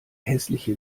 hässliche